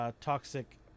Toxic